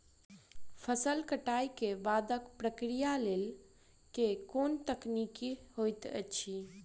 फसल कटाई केँ बादक प्रक्रिया लेल केँ कुन तकनीकी होइत अछि?